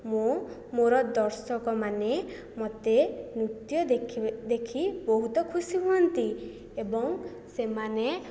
ମୁଁ ମୋର ଦର୍ଶକମାନେ ମୋତେ ନୃତ୍ୟ ଦେଖି ବହୁତ ଖୁସି ହୁଅନ୍ତି ଏବଂ ସେମାନେ